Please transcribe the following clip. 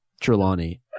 Trelawney